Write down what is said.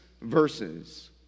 verses